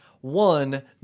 One